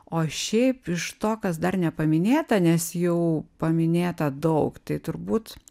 o šiaip iš to kas dar nepaminėta nes jau paminėta daug tai turbūt